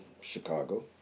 Chicago